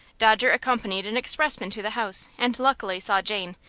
dodger accompanied an expressman to the house, and luckily saw jane,